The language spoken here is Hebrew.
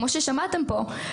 כמו ששמעתם פה,